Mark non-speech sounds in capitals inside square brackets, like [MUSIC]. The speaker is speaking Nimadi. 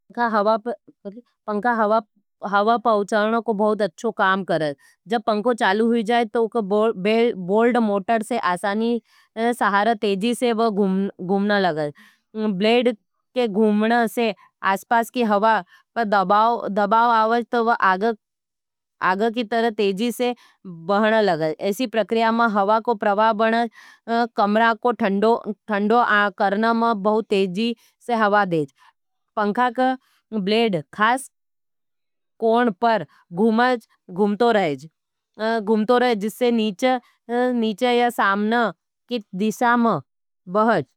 पंखा हवा [HESITATION] पंख हवा पहुचावने को बहुत अच्छो काम करें। जब पंखो चालू ही जाये तो वो बोल्ड मोटर से आसानी सहार तेजी से वो घूमना लगे। ब्लेड के घूमना से आसपास की हवा दबाव आओज तो वो आगर की तरह तेजी से बहना लगे। पंखा के ब्लेड खास कोण पर घूमना लगे तो वो नीचे सामने।